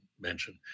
mention